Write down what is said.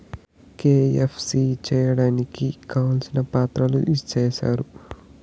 KYC సేయడానికి కావాల్సిన పత్రాలు ఇస్తారా?